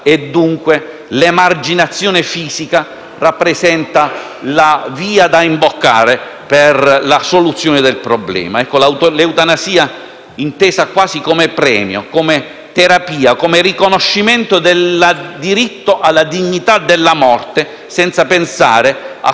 e, dunque, l'emarginazione fisica rappresenta la via da imboccare per la soluzione del problema. L'eutanasia intesa quasi come premio, come terapia, come riconoscimento del diritto alla dignità della morte, senza pensare a